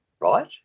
right